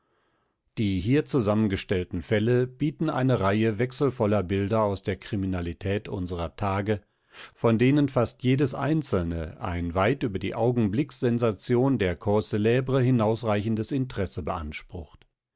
die hier zusammengestellten fälle bieten eine reihe wechselvoller bilder aus der kriminalität unserer tage von denen fast jedes einzelne ein weit über die augenblickssensation der cause clbre hinausreichendes interesse beansprucht